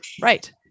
Right